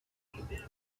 man